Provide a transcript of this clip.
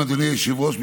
אדוני היושב-ראש,